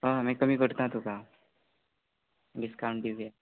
अ मागीर कमी करता तुका डिसकावण दिवया